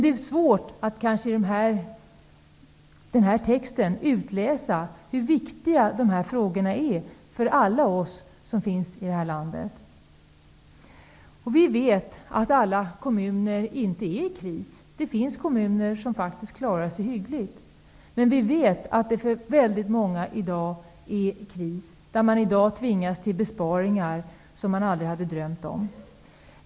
Det är svårt att i denna text utläsa hur viktiga dessa frågor är för alla oss som finns i det här landet. Vi vet att inte alla kommuner befinner sig i kris. Det finns kommuner som faktiskt klarar sig hyggligt. Men vi vet också att det finns många kommuner som i dag befinner sig i kris och som har tvingats till besparingar de aldrig tidigare har drömt om.